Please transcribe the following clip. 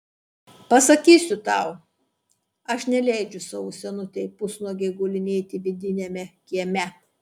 pasakysiu tau aš neleidžiu savo senutei pusnuogei gulinėti vidiniame kieme